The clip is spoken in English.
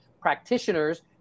practitioners